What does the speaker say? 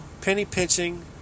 penny-pinching